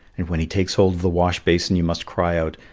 and when he takes hold of the wash-basin you must cry out,